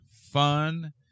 fun